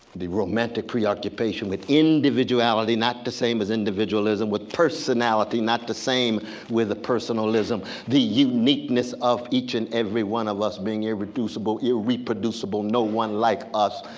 the romantic preoccupation with individuality not the same as individualism with personality. not the same with personalism. the uniqueness of each and every one of us being irreducible, irreproducible, no one like us.